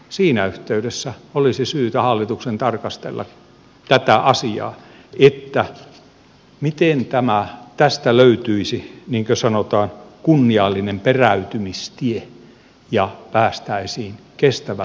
siinä yhteydessä olisi syytä hallituksen tarkastella tätä asiaa miten tästä löytyisi niin kuin sanotaan kunniallinen peräytymistie ja päästäisiin kestävälle pohjalle